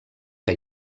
que